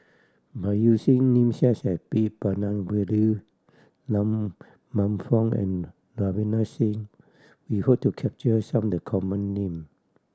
by using names such as P Palanivelu Man Fong and Ravinder Singh we hope to capture some of the common name